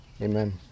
Amen